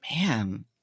man